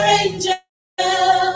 angel